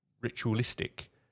ritualistic